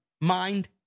mind